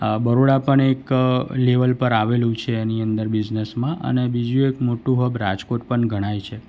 આ બરોડા પણ એક લેવલ પર આવેલું છે એની અંદર બિઝનસમાં અને બીજું એક મોટું હબ રાજકોટ પણ ગણાય છે